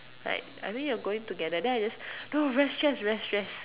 like I mean you are going together then I just no very stress very stress